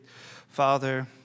Father